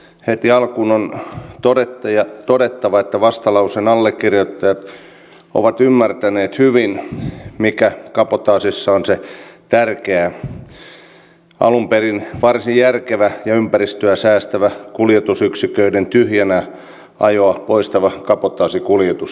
heti alkuun on todettava että vastalauseen allekirjoittajat ovat ymmärtäneet hyvin mikä kabotaasissa on se tärkeä alun perin varsin järkevä ja ympäristöä säästävä kuljetusyksiköiden tyhjänä ajoa poistava kabotaasikuljetus